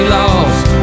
lost